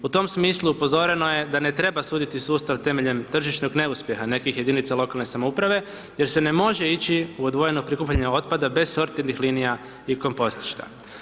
U tom smislu upozoreno je da ne treba suditi sustav temeljem tržišnog neuspjeha nekih jedinica lokalne samouprave jer se ne može ići u odvojeno prikupljanje otpada bez sortirnih linija i kompostišta.